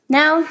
now